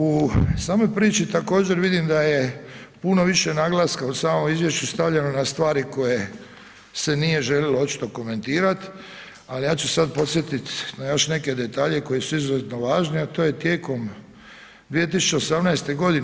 U samoj priči također vidim da je puno više naglaska u samo izvješće stavljeno na stvari koje se nije željelo očito komentirati, ali ja ću sad podsjetiti na još neke detalje koji su izuzetno važni, a to je tijekom 2018. godine.